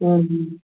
ह्म् ह्म्